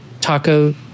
taco